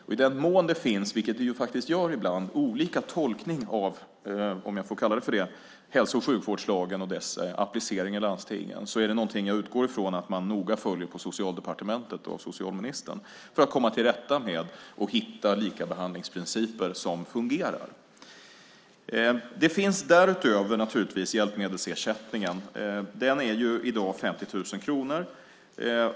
I den mån det finns, vilket det faktiskt gör ibland, olika tolkning av hälso och sjukvårdslagen och dess applicering i landstingen är det någonting jag utgår från att man noga följer på Socialdepartementet under socialministern för att hitta likabehandlingsprinciper som fungerar. Det finns därutöver hjälpmedelsersättningen. Den är i dag 50 000 kronor.